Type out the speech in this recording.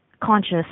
Conscious